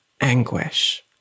anguish